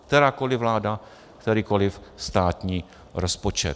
Kterákoli vláda, kterýkoli státní rozpočet.